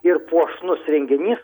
ir puošnus renginys